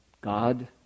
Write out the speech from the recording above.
God